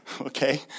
okay